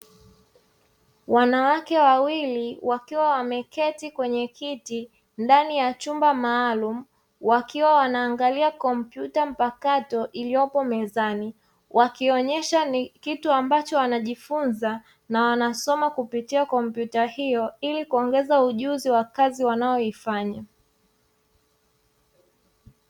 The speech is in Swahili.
Wanawake wawili wakiwa wameketi kwenye kiti, ndani ya chumba maalumu wakiwa wanaangalia kompyuta mpakato iliyopo mezani, wakionyesha ni kitu ambacho wanajifunza na wanasoma kupitia kompyuta hiyo, ili kuongeza ujuzi wa kazi wanayoifanya.